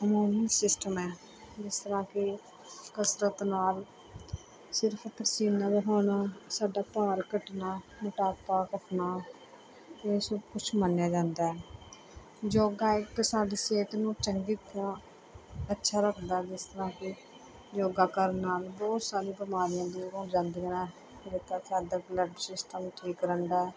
immune system ਹੈ ਜਿਸ ਤਰ੍ਹਾਂ ਕੇ ਕਸਰਤ ਨਾਲ ਸਿਰਫ਼ ਪਸੀਨਾ ਵਹਾਉਣਾ ਸਾਡਾ ਭਾਰ ਘਟਣਾ ਮੋਟਾਪਾ ਘਟਣਾ ਇਹ ਸਭ ਕੁਛ ਮੰਨਿਆ ਜਾਂਦਾ ਹੈ ਯੋਗਾ ਇੱਕ ਸਾਡੀ ਸਿਹਤ ਨੂੰ ਚੰਗੀ ਤਰ੍ਹਾਂ ਅੱਛਾ ਰੱਖਦਾ ਜਿਸ ਤਰ੍ਹਾਂ ਕਿ ਯੋਗਾ ਕਰਨ ਨਾਲ ਬਹੁਤ ਸਾਰੀਆਂ ਬਿਮਾਰੀਆਂ ਦੂਰ ਹੋ ਜਾਂਦੀਆਂ ਨੇ ਜੇਕਰ ਸਾਡਾ ਬਲੱਡ ਸਿਸਟਮ ਠੀਕ ਰਹਿੰਦਾ ਹੈ